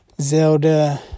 Zelda